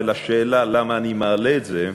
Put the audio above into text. ולשאלה למה אני מעלה את זה,